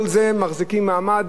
כל זה מחזיק מעמד